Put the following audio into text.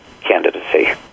candidacy